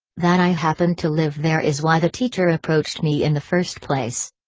that i happen to live there is why the teacher approached me in the first place.